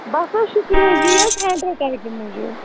بس حظ شُکریہ یی حظ ہینٛڈ رایٹِنٛگ موٗجُب